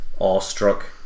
awestruck